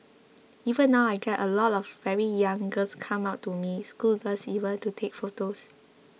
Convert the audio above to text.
even now I get a lot of very young girls come up to me schoolgirls even to take photos